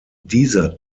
dieser